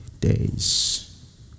days